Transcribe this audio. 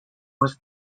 was